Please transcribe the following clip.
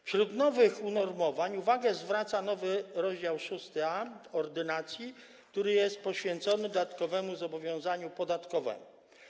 Wśród nowych unormowań uwagę zwraca nowy rozdział 6a ordynacji, który jest poświęcony dodatkowemu zobowiązaniu podatkowemu.